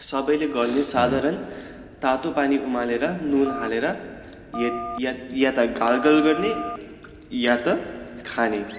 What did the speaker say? सबैले गर्ने साधारण तातो पानी उमालेर नुन हालेर यत यत या त गारगल गर्ने या त खाने